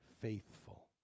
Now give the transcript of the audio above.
faithful